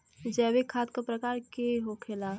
जैविक खाद का प्रकार के होखे ला?